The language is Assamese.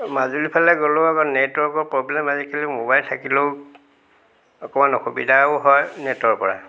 মাজুলীফালে গ'লেও আকৌ নেটৱৰ্কৰ প্ৰ'ব্লেম আজিকালি ম'বাইল থাকিলেও অকণমান অসুবিধাও হয় নেটৰ পৰা